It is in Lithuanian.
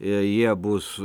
ir jie bus